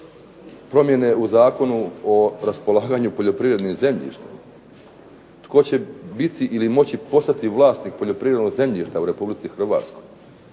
promjene u Zakonu o raspolaganju poljoprivrednim zemljištem? Tko će biti ili moći postati vlasnik poljoprivrednog zemljišta u Republici Hrvatskoj?